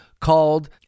called